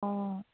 অঁ